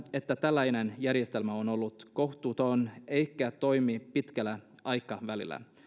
että tällainen järjestelmä on ollut kohtuuton eikä toimi pitkällä aikavälillä